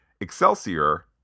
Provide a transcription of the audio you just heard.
excelsior